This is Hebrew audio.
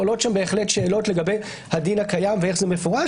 עולות שם שאלות לגבי הדין הקיים ואיך זה מפורש,